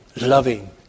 loving